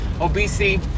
obesity